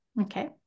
Okay